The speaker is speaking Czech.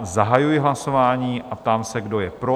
Zahajuji hlasování a ptám se, kdo je pro?